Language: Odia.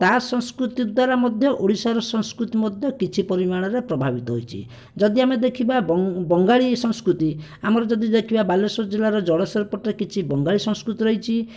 ତା ସଂସ୍କୃତି ଦ୍ୱାରା ମଧ୍ୟ ଓଡ଼ିଶାର ସଂସ୍କୃତି ମଧ୍ୟ କିଛି ପରିମାଣରେ ପ୍ରଭାବିତ ହୋଇଛି ଯଦି ଆମେ ଦେଖିବା ବଙ୍ଗାଳୀ ସଂସ୍କୃତି ଆମେ ଯଦି ଦେଖିବା ବାଲେଶ୍ବର ଜିଲ୍ଲାର ଜଳେଶ୍ବର ପଟେ କିଛି ବଙ୍ଗାଳୀ ସଂସ୍କୃତି ରହିଛି